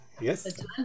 Yes